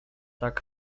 tak